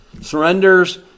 surrenders